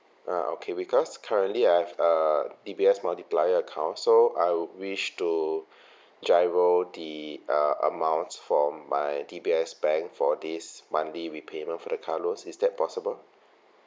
ah okay because currently I've a D_B_S multiplier account so I wish to giro the uh amounts from my D_B_S bank for this monthly repayment for the car loans is that possible